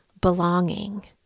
belonging